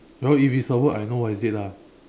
well if it's for work I know what is it lah